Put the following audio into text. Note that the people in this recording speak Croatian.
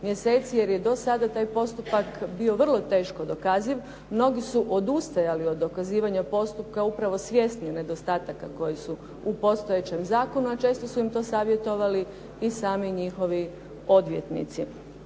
jer je do sada taj postupak bio vrlo teško dokaziv. Mnogi su odustajali od dokazivanja postupaka, upravo svjesni nedostataka koji su u postojećem zakonu, a često su im to savjetovali i sami njihovi odvjetnici.